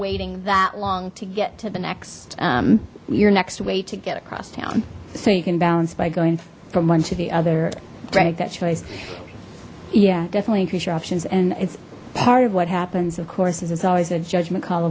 waiting that long to get to the next your next way to get across town so you can balance by going from one to the other right that choice yeah definitely increase your options and it's part of what happens of course is it's always a judgement call